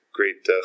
great